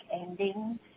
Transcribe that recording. ending